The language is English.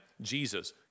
Jesus